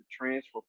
transfer